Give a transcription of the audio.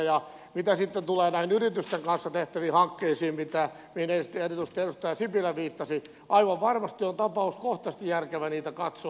ja mitä sitten tulee näihin yritysten kanssa tehtäviin hankkeisiin mihin erityisesti edustaja sipilä viittasi aivan varmasti on tapauskohtaisesti järkevää niitä katsoa